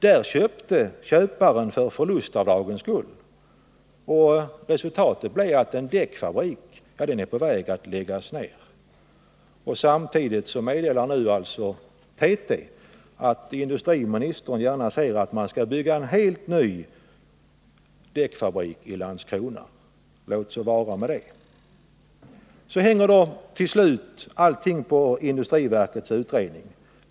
Där köpte köparen för förlustavdragens skull. Och resultatet har blivit att en däckfabrik är på väg att läggas ned. Samtidigt meddelar nu TT att industriministern gärna ser att man bygger en helt ny däckfabrik i Landskrona, och det må vara. Så hänger till slut allt på industriverkets utredning.